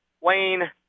Wayne